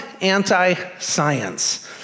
anti-science